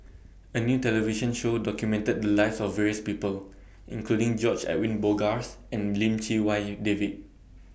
A New television Show documented The Lives of various People including George Edwin Bogaars and Lim Chee Wai David